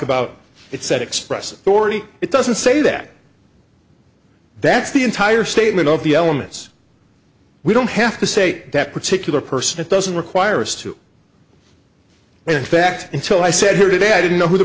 already it doesn't say that that's the entire statement of the elements we don't have to say that particular person it doesn't require us to and in fact until i said here today i didn't know who the